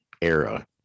era